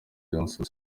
johnson